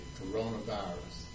coronavirus